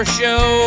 show